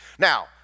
Now